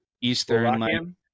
Eastern